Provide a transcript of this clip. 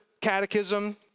Catechism